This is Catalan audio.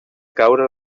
caure